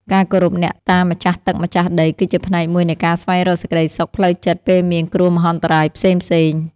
ការគោរពអ្នកតាម្ចាស់ទឹកម្ចាស់ដីគឺជាផ្នែកមួយនៃការស្វែងរកសេចក្តីសុខផ្លូវចិត្តពេលមានគ្រោះមហន្តរាយផ្សេងៗ។